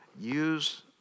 use